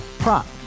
Prop